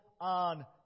on